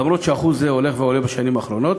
למרות שאחוז זה הולך ועולה בשנים האחרונות,